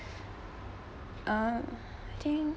uh I think